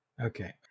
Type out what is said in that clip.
Okay